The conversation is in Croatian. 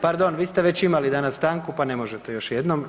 Pardon, vi ste već imali danas stanku, pa ne možete još jednom.